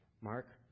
Mark